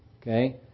okay